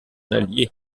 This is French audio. allié